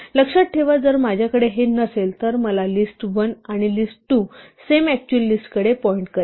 लक्षात ठेवा जर माझ्याकडे हे नसेल तर मला लिस्ट 1 आणि लिस्ट 2 सेम अक्चुअल लिस्टकडे पॉईंट करेल